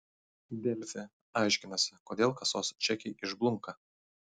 delfi aiškinasi kodėl kasos čekiai išblunka